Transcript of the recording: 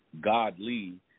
godly